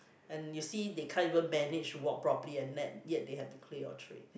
and you see they can't even manage to walk properly and y~ yet they have to clear your tray